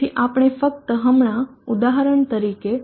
તેથી આપણે ફક્ત હમણાં ઉદાહરણ તરીકે 0